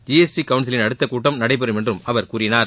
G S T கவுன்சிலின் அடுத்தக் கூட்டம் நடைபெறும் என்று அவர் கூறினார்